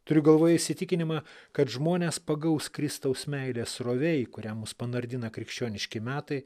turiu galvoje įsitikinimą kad žmones pagaus kristaus meilės srovė į kurią mus panardina krikščioniški metai